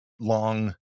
long